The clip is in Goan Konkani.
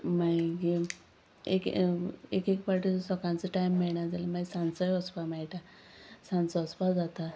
मागी एक एक एक पावटी सकाळचो टायम मेळना जाल्यार मागीर सांचोय वचपा मेळटा सांचो वसपा जाता